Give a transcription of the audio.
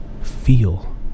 feel